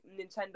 Nintendo